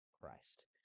Christ